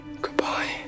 Goodbye